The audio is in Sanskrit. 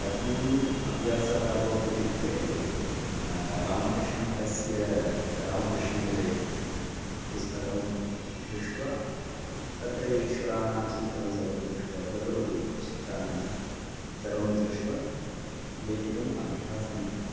कथम् अभ्यासः अभवत् इत्युक्ते रामकृष्णमठस्य रामकृष्णविजयः पुस्तकं दृष्ट्वा तत्र ईश्वराणां चित्रं सर्वं दृष्ट्वा लघुलघुचित्राणि सर्वं दृष्ट्वा लेखितुम् अभ्यासं कृतवान्